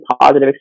positive